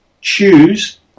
choose